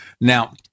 Now